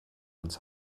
uns